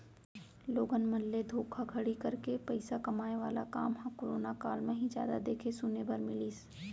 लोगन मन ले धोखाघड़ी करके पइसा कमाए वाला काम ह करोना काल म ही जादा देखे सुने बर मिलिस